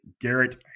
Garrett